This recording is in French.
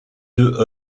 deux